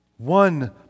One